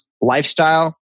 lifestyle